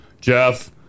Jeff